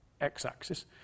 x-axis